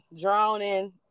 drowning